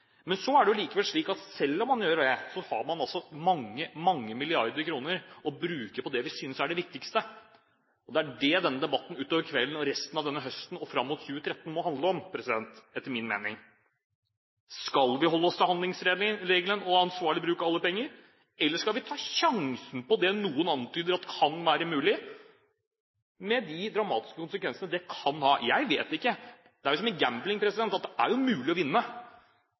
Men så er det likevel slik at selv om man gjør det, har man mange, mange milliarder kroner å bruke på det vi synes er det viktigste. Det er det denne debatten utover kvelden, resten av denne høsten og fram mot 2013 må handle om, etter min mening. Skal vi holde oss til handlingsregelen og ansvarlig bruk av oljepenger, eller skal vi ta sjansen på det noen antyder kan være mulig, med de dramatiske konsekvensene det kan ha? Jeg vet ikke. Det er som i gambling: Det er mulig å vinne,